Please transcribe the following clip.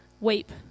weep